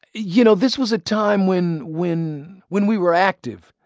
you know, this was a time when when when we were active,